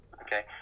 okay